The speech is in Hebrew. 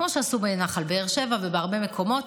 כמו שעשו בנחל באר שבע ובהרבה מקומות,